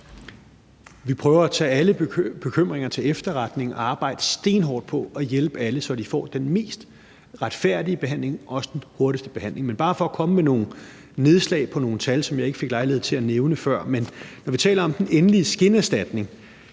Vi prøver at tage alle bekymringer til efterretning og arbejde stenhårdt på at hjælpe alle, så de får den mest retfærdige behandling og også den hurtigste behandling. Men jeg vil bare komme med nogle nedslag vedrørende nogle tal – dem fik jeg ikke lejlighed til at nævne før – og sige, at når vi taler om den endelige skinderstatning,